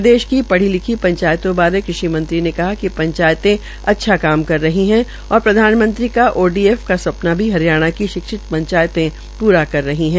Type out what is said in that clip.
प्रदेश भी पढ़ी लिखी पंचायतों बारे कृषि मंत्री ने कहा कि पंचायतें अच्छा कर रही है और प्रधानमंत्री का ओडीएफ का सपना भी हरियाणा की शिक्षित पंचायतें पूरा कर रही है